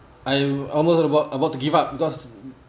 I'm almost about about to give up because